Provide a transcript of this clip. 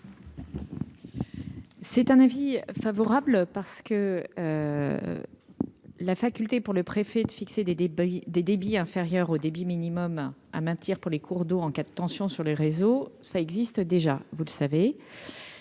C'est un avis favorable parce que la faculté pour le prix. Fait de fixer des des des débits inférieurs au débit minimum à mentir pour les cours d'eau en cas de tension sur les réseaux, ça existe déjà, vous le savez,